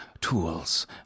tools